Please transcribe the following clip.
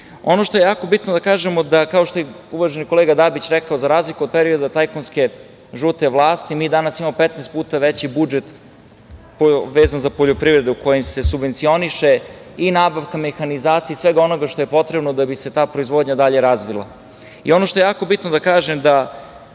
što je jako bitno da kažemo, kao što je i uvaženi kolega Dabić rekao, za razliku od perioda tajkunske žute vlasti, mi danas imamo 15 puta veći budžet vezano za poljoprivredu kojim se subvencioniše i nabavka mehanizacije i svega onoga što je potrebno da bi se ta proizvodnja dalje razvila. Ono što je jako bitno da kažem, da